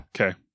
Okay